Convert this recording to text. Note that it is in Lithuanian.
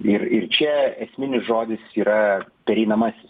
ir ir čia esminis žodis yra pereinamasis